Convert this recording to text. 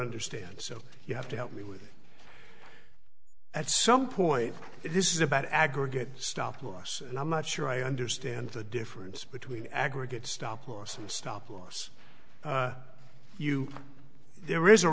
understand so you have to help me with at some point this is about aggregate stop loss and i'm not sure i understand the difference between aggregate stop loss and stop loss you there is a